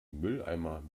mülleimer